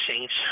Saints